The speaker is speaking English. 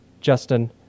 Justin